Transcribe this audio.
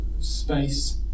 space